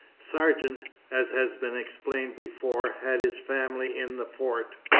sargeant, as has been explained before, had his family in the fort.